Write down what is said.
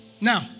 Now